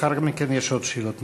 לאחר מכן יש שאלות נוספות.